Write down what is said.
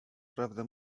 prawdę